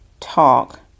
talk